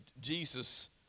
Jesus